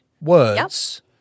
words